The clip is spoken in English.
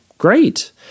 Great